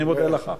אני מודה לך.